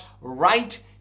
right